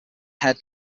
head